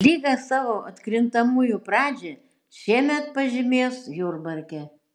lyga savo atkrintamųjų pradžią šiemet pažymės jurbarke